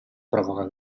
provoca